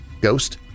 Ghost